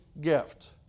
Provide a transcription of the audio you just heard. gift